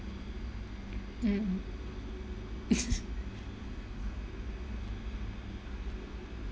mm